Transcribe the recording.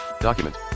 Document